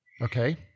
Okay